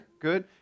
good